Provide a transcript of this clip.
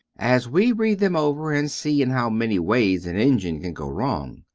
as we read them over, and see in how many ways an engine can go wrong,